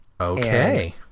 Okay